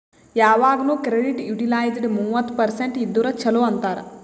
ಯವಾಗ್ನು credit utilised ಮೂವತ್ತ percent ಇದ್ದುರ ಛಲೋ ಅಂತಾರ್